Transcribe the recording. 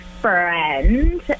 friend